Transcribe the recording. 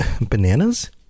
bananas